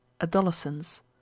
adolescence